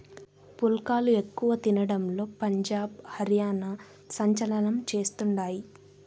పుల్కాలు ఎక్కువ తినడంలో పంజాబ్, హర్యానా సంచలనం చేస్తండాయి